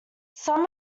some